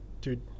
dude